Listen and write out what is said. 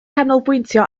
canolbwyntio